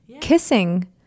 kissing